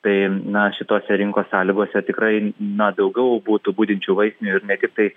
tai na šitose rinkos sąlygose tikrai na daugiau būtų budinčių vaistinių ir ne tiktai